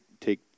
take